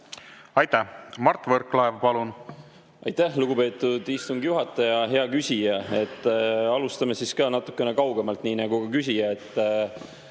Aitäh! Mart Võrklaev, palun! Aitäh, lugupeetud istungi juhataja! Hea küsija! Alustan siis ka natukene kaugemalt, nii